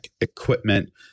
equipment